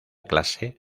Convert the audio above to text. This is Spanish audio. clase